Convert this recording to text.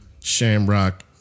Shamrock